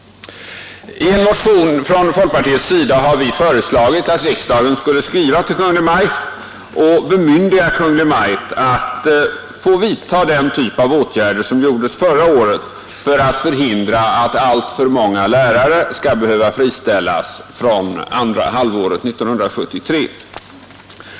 I en motion från folkpartiet har vi föreslagit att riksdagen skulle skriva till Kungl. Maj:t och bemyndiga Kungl. Maj:t att vidta den typ av åtgärder som vidtogs förra året för att förhindra att alltför många lärare skall behöva friställas från andra halvåret 1973.